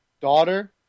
daughter